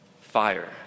Fire